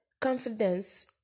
confidence